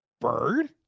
Bird